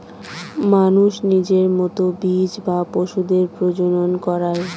মানুষ নিজের মতো বীজ বা পশুদের প্রজনন করায়